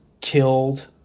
killed